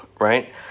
right